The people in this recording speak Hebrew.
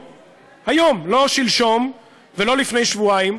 היום, היום, לא שלשום ולא לפני שבועיים,